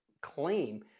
claim